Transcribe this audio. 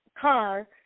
car